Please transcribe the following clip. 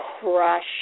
crush